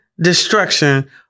destruction